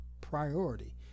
priority